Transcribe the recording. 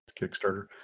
Kickstarter